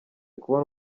kubona